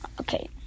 Okay